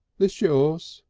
this yours?